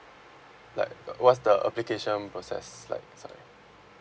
like uh what's the application process like sorry